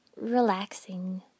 relaxing